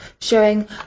showing